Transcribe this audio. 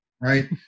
right